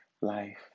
life